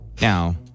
Now